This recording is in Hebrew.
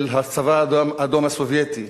של הצבא האדום הסובייטי